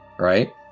Right